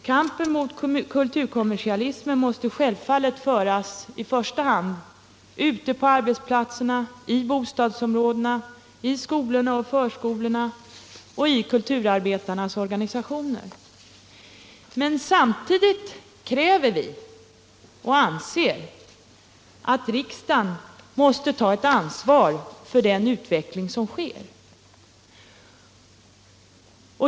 Kampen mot kulturell kommersialism måste självfallet föras i första hand ute på arbetsplatserna, i bostadsområdena, i skolorna och förskolorna samt i kulturarbetarnas organisationer. Samtidigt anser vi att riksdagen måste ta ett ansvar för den utveckling som sker.